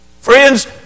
Friends